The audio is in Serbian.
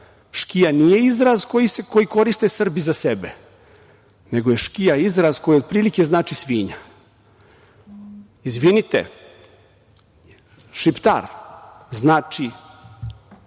„škija“ nije izraz koji koriste Srbi za sebe, nego je „škija“ izraz koji otprilike znači svinja. Izvinite, Šiptar znači –